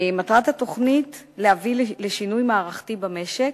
מטרת התוכנית היא להביא לשינוי מערכתי במשק,